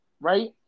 right